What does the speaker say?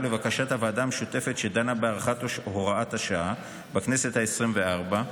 לבקשת הוועדה המשותפת שדנה בהארכת הוראת השעה בכנסת העשרים-וארבע,